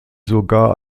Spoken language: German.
sogar